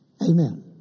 Amen